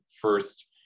first